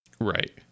Right